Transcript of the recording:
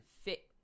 ...fit